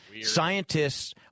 Scientists